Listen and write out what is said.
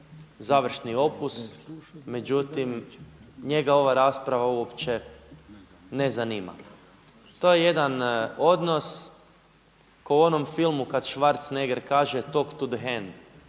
završni opus. Međutim njega ova rasprava uopće ne zanima. To je jedan odnos ko u onom filmu kada Schwarzenegger kaže „Talk to the hand“